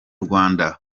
rwanda